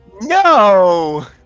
No